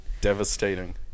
Devastating